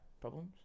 problems